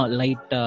light